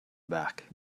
back